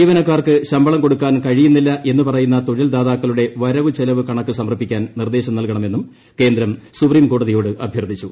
ജീവനക്കാർക്ക് ശമ്പളം കൊടുക്കാൻ കഴിയുന്നില്ല എന്ന് പറയുന്ന തൊഴിൽ ദാതാക്കളുക്ട് പ്ലരവ് ചെലവ് കണക്ക് സമർപ്പിക്കാൻ നിർദ്ദേശം നൽകണ്ട്മെന്നും കേന്ദ്രം സുപ്രീം കോടതിയോട് അഭ്യർത്ഥിച്ചു